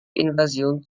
invasion